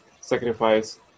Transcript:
sacrifice